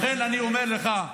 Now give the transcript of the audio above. לכן אני אומר לך,